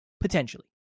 potentially